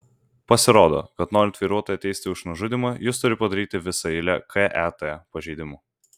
pasirodo kad norint vairuotoją teisti už nužudymą jis turi padaryti visą eilę ket pažeidimų